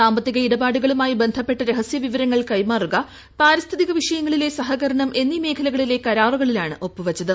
സാമ്പത്തിക ഇടപാടുകളുമായി ബന്ധപ്പെട്ട രഹസ്യ വിവ്രങ്ങൾ കൈമാറുക പാരിസ്ഥിതിക വിഷയങ്ങളിലെ സഹകരണം എന്നീ മേഖലകളിലെ കരാറുകളിലാണ് ഒപ്പുവെച്ചത്